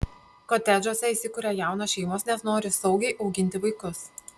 kotedžuose įsikuria jaunos šeimos nes nori saugiai auginti vaikus